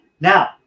Now